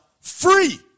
free